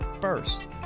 First